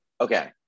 Okay